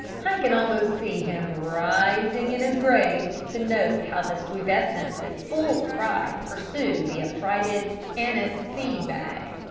i can almost see him rising in his grave to note how the stuyvesants in full cry pursue the affrighted anise-seed bag,